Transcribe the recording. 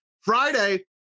friday